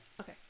okay